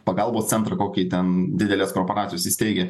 pagalbos centrą kokį ten didelės korporacijos įsteigę